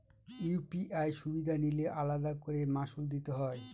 UPI সুবিধা নিলে আলাদা করে মাসুল দিতে হয়?